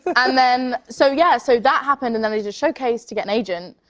and then so, yeah. so, that happened, and then i did a showcase to get an agent.